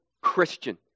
Christian